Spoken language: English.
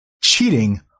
Cheating